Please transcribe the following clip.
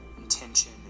intention